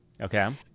okay